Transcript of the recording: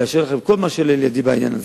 לאשר לכם כל מה שלאל ידי בעניין הזה.